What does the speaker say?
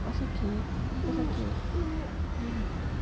ah sakit kenapa sakit hmm